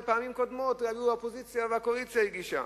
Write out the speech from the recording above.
ובפעמים קודמות ענתה האופוזיציה והקואליציה הגישה.